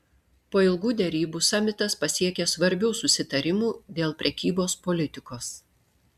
po ilgų derybų samitas pasiekė svarbių susitarimų dėl prekybos politikos